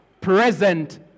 present